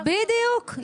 בדיוק,